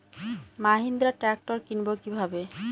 Mahindra tractor কিনবো কি ভাবে?